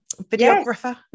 videographer